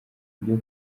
byo